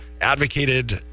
advocated